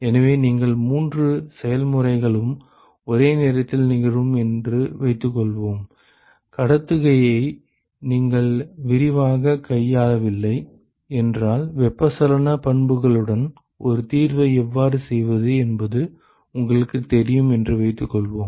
எனவே நீங்கள் மூன்று செயல்முறைகளும் ஒரே நேரத்தில் நிகழும் என்று வைத்துக்கொள்வோம் கடத்துகையை நீங்கள் விரிவாகக் கையாளவில்லை என்றால் வெப்பச்சலன பண்புகளுடன் ஒரு தீர்வை எவ்வாறு செய்வது என்பது உங்களுக்குத் தெரியும் என்று வைத்துக்கொள்வோம்